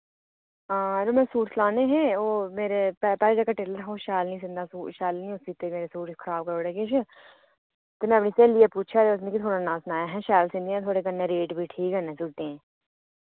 हां ते में सूट सलाने हे ओह् मेरे पैह्लें जेह्का टेलर हा ओह् शैल निं सींदा हा सूट शैल निं सीते सूट मेरे खराब करी ओड़े किश ते में स्हेलिया गी पुच्छेआ ते उ'न्नै मिकी थोआढ़ा नांऽ सनाया अहें शैल सींदियां थोआढ़े कन्नै रेट बी ठीक हैन सूटें दे